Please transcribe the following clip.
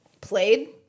played